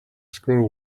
squirrel